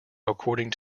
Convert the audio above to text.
according